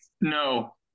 No